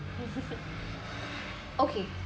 okay